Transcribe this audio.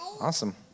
Awesome